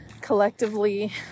collectively